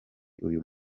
uyu